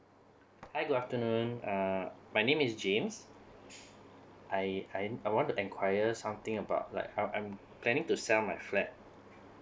hi good afternoon um my name is james I I want to inquire something about like how I'm planning to sell my flat